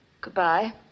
goodbye